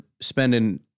spending